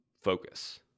focus